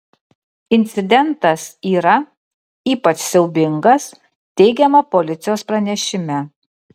incidentas yra ypač siaubingas teigiama policijos pranešime